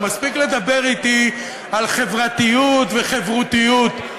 מספיק לדבר אתי על חברתיות וחברותיות.